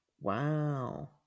Wow